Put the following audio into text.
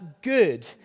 good